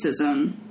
racism